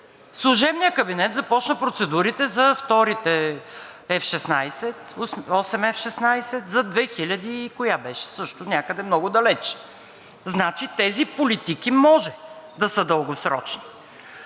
Служебният кабинет започна процедурите за вторите осем F-16 за 2000 и коя беше, също някъде много далече. Значи тези политики може да са дългосрочни,